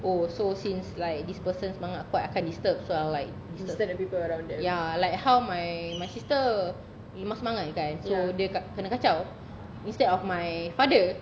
oh so since like this person semangat kuat akan disturb so I'm like ya like how my my sister lemah semangat kan so dia ka~ kena kacau instead of my father